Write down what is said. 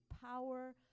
power